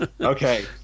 Okay